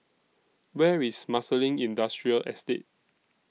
Where IS Marsiling Industrial Estate